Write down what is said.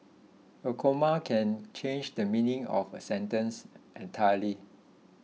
a comma can change the meaning of a sentence entirely